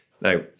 Now